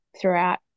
throughout